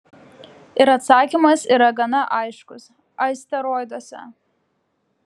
ir atsakymas yra gana aiškus asteroiduose